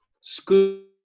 school